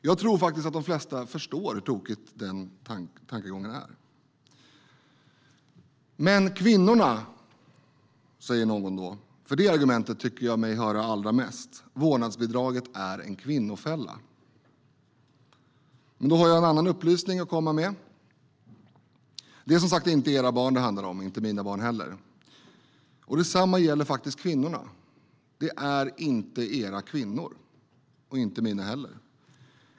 Jag tror faktiskt att de flesta förstår hur tokig den tankegången är. Men vårdnadsbidraget är en kvinnofälla, säger några. Det argumentet tycker jag mig höra allra mest. Då har jag en annan upplysning att komma med. Det är, som sagt, inte era barn som det handlar om, och inte mina barn heller. Detsamma gäller faktiskt kvinnorna. Det är inte era kvinnor, och inte mina heller.